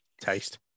taste